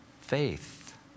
faith